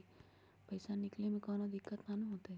पईसा निकले में कउनो दिक़्क़त नानू न होताई?